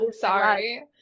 sorry